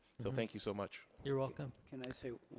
so thank you so much. you're welcome. can i say